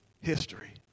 history